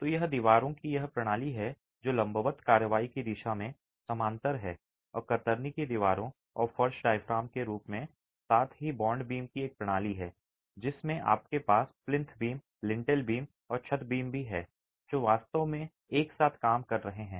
तो यह दीवारों की यह प्रणाली है जो लंबवत कार्रवाई की दिशा में समानांतर है और कतरनी की दीवारों और फर्श डायाफ्राम के रूप में साथ ही बांड बीम की एक प्रणाली है जिसमें आपके पास प्लिंथ बीम लिंटेल बीम और छत बीम भी हैं जो वास्तव में एक साथ काम कर रहे हैं